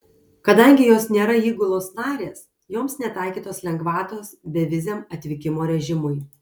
kadangi jos nėra įgulos narės joms netaikytos lengvatos beviziam atvykimo režimui